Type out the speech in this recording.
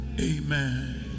Amen